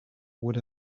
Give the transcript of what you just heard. would